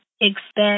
Expect